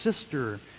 sister